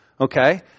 okay